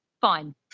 fine